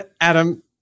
Adam